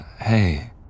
hey